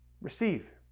Receive